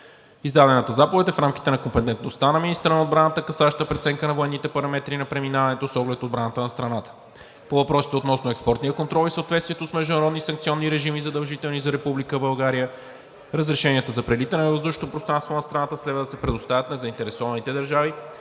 Издадената заповед е в рамките на компетентността на министъра на отбраната, касаеща преценка на военните параметри на преминаването с оглед отбраната на страната. По въпросите относно експортния контрол и съответствието с международни санкционни режими, задължителни за Република България, разрешенията за прелитане над въздушното пространство на страната следва да се предоставят на заинтересованите държави